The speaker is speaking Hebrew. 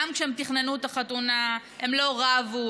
גם כשהן תכננו את החתונה הן לא רבו,